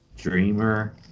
Dreamer